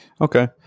Okay